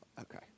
Okay